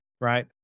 right